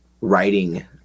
writing